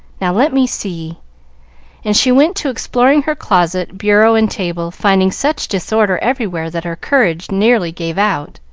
now, let me see and she went to exploring her closet, bureau, and table, finding such disorder everywhere that her courage nearly gave out.